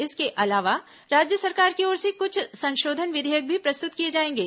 इसके अलावा राज्य सरकार की ओर से कुछ संशोधन विधेयक भी प्रस्तुत किए जाएंगे